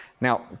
Now